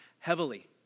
heavily